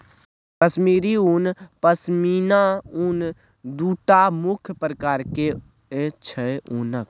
कश्मीरी उन, पश्मिना उन दु टा मुख्य प्रकार छै उनक